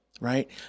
right